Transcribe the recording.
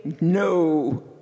no